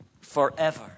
forever